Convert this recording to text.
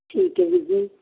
ਠੀਕ ਹੈ ਵੀਰ ਜੀ